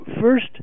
first